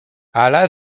ala